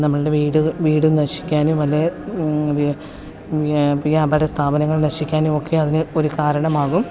നമ്മൾടെ വീട് വീട് നശിക്കാനും അല്ലേ അപര സ്ഥാപനങ്ങൾ നശിക്കാനുമൊക്കെ അതിന് ഒരു കാരണമാകും